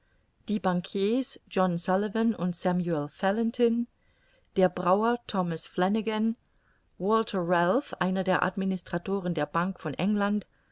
die bankiers john sullivan und samuel fallentin der brauer thomas flanagan walther ralph einer der administratoren der bank von england